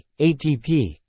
ATP